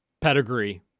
pedigree